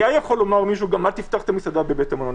היה יכול לומר מישהו גם "אל תפתח את המסעדה בבית המלון",